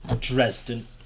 Dresden